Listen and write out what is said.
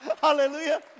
Hallelujah